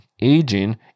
aging